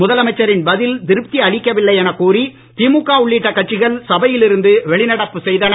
முதலமைச்சரின் பதில் திருப்தி அளிக்கவில்லை எனக் கூறி திமுக உள்ளிட்ட கட்சிகள் சபையில் இருந்து வெளிநடப்பு செய்தன